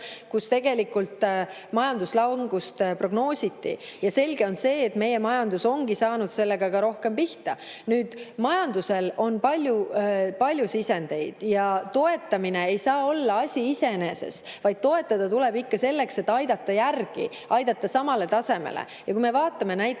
kus tegelikult majanduslangust prognoositi. Selge on see, et meie majandus on saanud sellega ka rohkem pihta. Majandusel on palju sisendeid ja toetamine ei saa olla asi iseeneses, vaid toetada tuleb ikka selleks, et aidata järele, aidata samale tasemele. Kui me vaatame näiteks